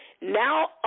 Now